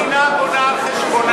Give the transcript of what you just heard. זה כשהמדינה בונה על חשבונה.